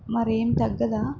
మరి ఏం తగ్గదా